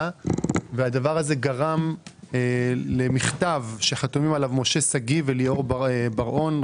והדבר הזה גרם למכתב שחתומים עליו משה שגיא וליאור בראון,